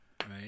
Right